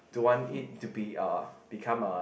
don't want it to be uh become a